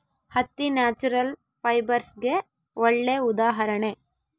ಹತ್ತಿ ನ್ಯಾಚುರಲ್ ಫೈಬರ್ಸ್ಗೆಗೆ ಒಳ್ಳೆ ಉದಾಹರಣೆ